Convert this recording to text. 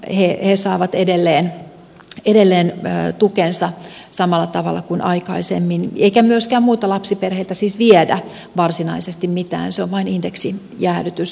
he saavat edelleen tukensa samalla tavalla kuin aikaisemmin eikä myöskään muilta lapsiperheiltä siis viedä varsinaisesti mitään se on vain indeksijäädytys